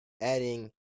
adding